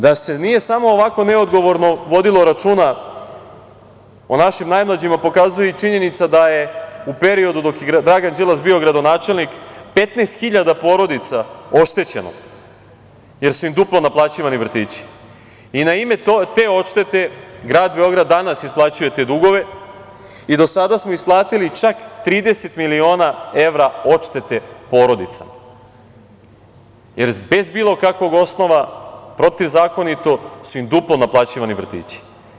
Da se nije samo ovako neodgovorno vodilo računa o našim najmlađima, pokazuje i činjenica da je u periodu dok je Dragan Đilas bio gradonačelnik, 15.000 porodica jer su im duplo naplaćivani vrtići i na ime te odštete Grad Beograd danas isplaćuje te dugove i do sada smo isplatili čak 30 miliona evra odštete porodicama, jer je bez bilo kakvog osnova, protivzakonito su im duplo naplaćivani vrtići.